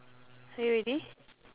are you ready